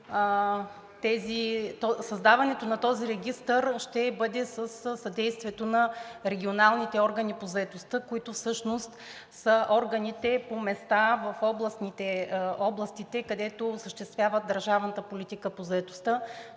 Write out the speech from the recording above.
създаването на този регистър ще бъде със съдействието на регионалните органи по заетостта, които всъщност са органите по места в областите, които осъществяват държавната политика по заетостта.